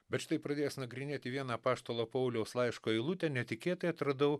bet štai pradėjęs nagrinėti vieną apaštalo pauliaus laiško eilutę netikėtai atradau